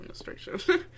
administration